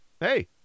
hey